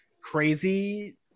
crazy